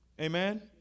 Amen